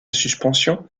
suspension